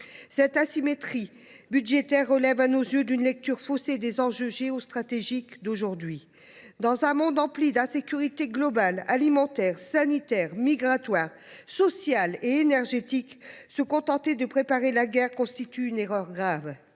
Cette asymétrie budgétaire relève à nos yeux d’une lecture faussée des enjeux géostratégiques actuels. Dans un monde plein d’insécurités globales, alimentaires, sanitaires, migratoires, sociales et énergétiques, se contenter de préparer la guerre est une erreur grave